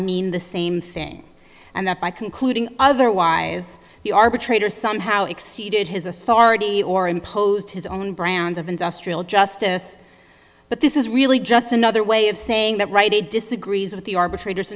mean the same thing and that by concluding otherwise the arbitrator somehow exceeded his authority or imposed his own brand of industrial justice but this is really just another way of saying that right he disagrees with the arbitrator